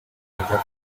zawsze